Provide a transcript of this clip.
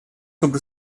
sobre